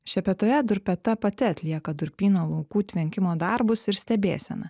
šepetoje durpė ta pati atlieka durpyno laukų tvenkimo darbus ir stebėseną